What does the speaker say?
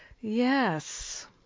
yes